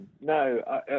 No